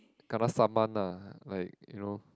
kena summon lah like you know